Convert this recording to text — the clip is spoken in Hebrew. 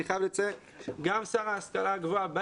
אני חייב לציון שגם השר להשכלה גבוהה בא